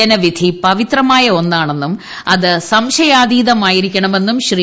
ജനവിധി പവിത്രമായ ഒന്നാണെന്നും അതിൽ സംശയാതീതമായിരിക്കണമെന്നും ശ്രീ